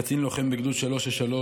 קצין לוחם בגדוד 363,